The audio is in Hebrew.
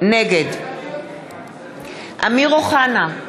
נגד אמיר אוחנה,